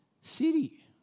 City